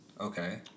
Okay